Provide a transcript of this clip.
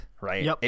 Right